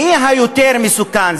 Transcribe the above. מי היותר מסוכן,